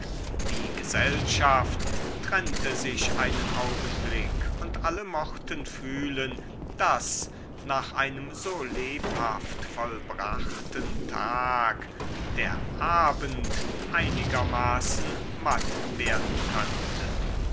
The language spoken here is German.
die gesellschaft trennte sich einen augenblick und alle mochten fühlen daß nach einem so lebhaft vollbrachten tag der abend einigermaßen matt werden könnte